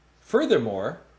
Furthermore